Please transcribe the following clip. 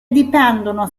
dipendono